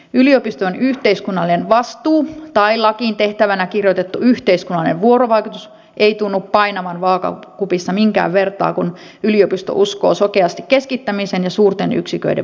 yliopiston yhteiskunnallinen vastuu tai lakiin tehtävänä kirjoitettu yhteiskunnallinen vuorovaikutus eivät tunnu painavan vaakakupissa minkään vertaa kun yliopisto uskoo sokeasti keskittämisen ja suurten yksiköiden voimaan